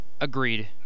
Agreed